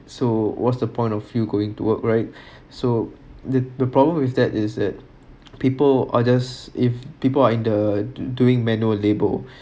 so what's the point of you going to work right so the the problem with that is that people are just if people are in the doing manual labour